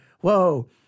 whoa